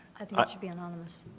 it should be anonymous.